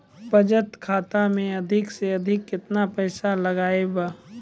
बचत खाता मे अधिक से अधिक केतना पैसा लगाय ब?